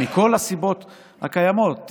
מכל הסיבות הקיימות,